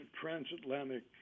transatlantic